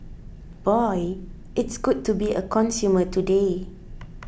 boy it's good to be a consumer today